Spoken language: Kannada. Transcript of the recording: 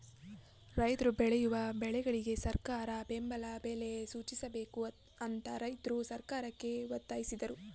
ರೈತ್ರು ಬೆಳೆಯುವ ಬೆಳೆಗಳಿಗೆ ಸರಕಾರ ಬೆಂಬಲ ಬೆಲೆ ಸೂಚಿಸಬೇಕು ಅಂತ ರೈತ್ರು ಸರ್ಕಾರಕ್ಕೆ ಒತ್ತಾಸಿದ್ರು